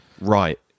right